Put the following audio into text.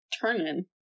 turning